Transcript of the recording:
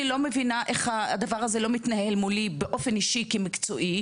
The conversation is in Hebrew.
אני לא מבינה איך הדבר הזה לא מתנהל מולי באופן אישי כמקצועי,